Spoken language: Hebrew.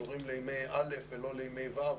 משרד האוצר לא כועס ולא כועסים ובטח שלא מבקשים לגזול אף אחד.